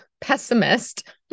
pessimist